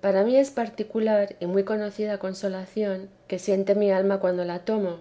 para mí es particular y muy conocida consolación que siente mi alma cuando la tomo